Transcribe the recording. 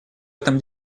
этом